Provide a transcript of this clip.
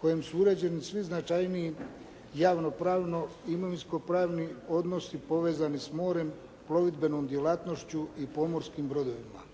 kojem su uređeni svi značajniji javno-pravno imovinsko-pravni odnosi povezani s morem, plovidbenom djelatnošću i pomorskim brodovima.